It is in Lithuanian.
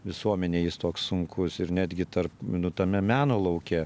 visuomenei jis toks sunkus ir netgi tarp nu tame meno lauke